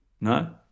No